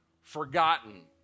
forgotten